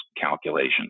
calculation